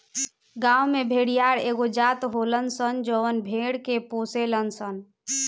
गांव में भेड़िहार एगो जात होलन सन जवन भेड़ के पोसेलन सन